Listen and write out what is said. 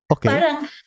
Parang